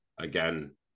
again